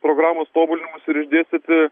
programos tobulinamus ir išdėstyti